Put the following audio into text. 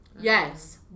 Yes